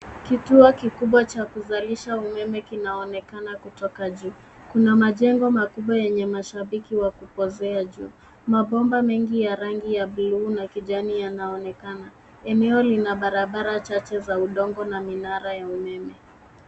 Kituo kikubwa cha kuzalisha umeme kinaonekana kutoka juu. Kuna majengo makubwa yenye mashabiki wa kupozea juu. Mabomba mengi yenye rangi ya buluu na kijani yanaonekana. Eneo lina barabara chache za udongo na minara ya umeme.